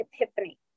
Epiphany